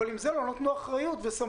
אבל עם זה לא נתנו אחריות וסמכות.